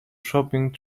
shopping